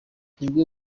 nibwo